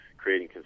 Creating